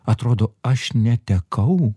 atrodo aš netekau